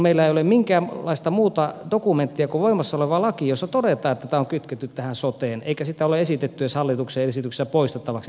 meillä ei ole minkäänlaista muuta dokumenttia kuin voimassa oleva laki jossa todetaan että tämä on kytketty tähän soteen eikä tätä kytkentää ole esitetty edes hallituksen esityksestä poistettavaksi